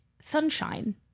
sunshine